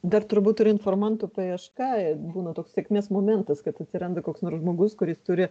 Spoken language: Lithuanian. dar turbūt ir informantų paieška būna toks sėkmės momentas kad atsiranda koks nors žmogus kuris turi